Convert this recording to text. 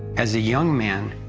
as a young man,